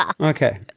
Okay